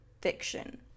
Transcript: fiction